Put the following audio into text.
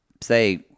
say